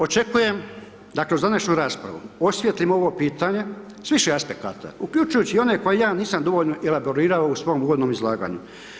Očekujem, dakle, uz današnju raspravu, osvijetlim ovo pitanje s više aspekata, uključujući i one koje ja nisam dovoljno elaborirao u svom uvodnom izlaganju.